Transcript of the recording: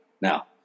Now